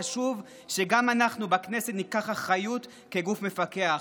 חשוב שגם אנחנו בכנסת ניקח אחריות כגוף מפקח.